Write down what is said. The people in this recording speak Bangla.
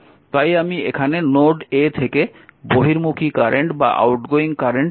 তাই আমি এখানে নোড a থেকে বহির্মুখী কারেন্টকে লিখছি i1 10